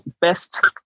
best